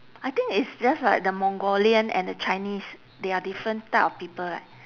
I think it's just like the mongolian and the chinese they are different type of people right